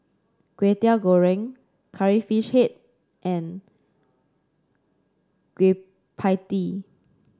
Kwetiau Goreng Curry Fish Head and Kueh Pie Tee